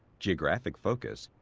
geographic focus,